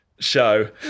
show